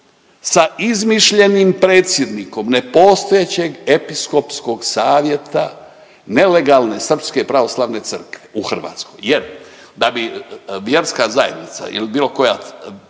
sa izmišljenim predsjednik nepostojećeg episkopskog savjeta nelegalne srpske pravoslavne crkve u Hrvatskoj jer da bi vjerska zajednica ili bilo koja